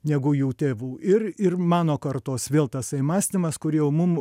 negu jų tėvų ir ir mano kartos vėl tasai mąstymas kur jau mum